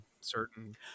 certain